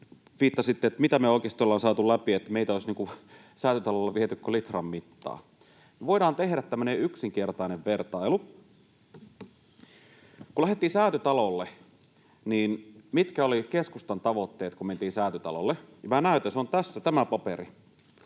viittasitte, että mitä me oikeasti ollaan saatu läpi, kun meitä olisi Säätytalolla viety kuin litran mittaa. Voidaan tehdä tämmöinen yksinkertainen vertailu: Kun lähdettiin Säätytalolle, niin mitkä olivat keskustan tavoitteet? Minä näytän: se on tässä, tämä paperi.